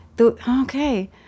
Okay